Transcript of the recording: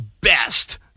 best